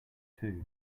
too